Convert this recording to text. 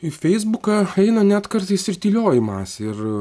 į feisbuką eina net kartais ir tylioji masė ir